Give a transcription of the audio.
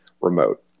remote